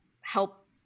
help